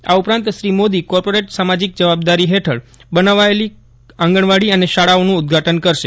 આ ઉપરાંત શ્રીમોદી કોર્પોરેટ સામાજીક જવાબદારી હેઠળ બનાવાયેલી આંગણવાડી અને શાળાઓનું ઉદ્દવાટન કરશે